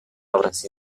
obres